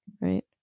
right